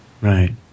right